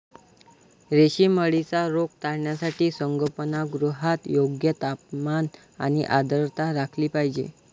रेशीम अळीचा रोग टाळण्यासाठी संगोपनगृहात योग्य तापमान आणि आर्द्रता राखली पाहिजे